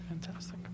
fantastic